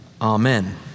Amen